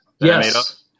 Yes